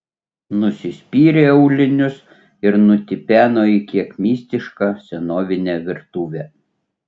nusispyrė aulinius ir nutipeno į kiek mistišką senovinę virtuvę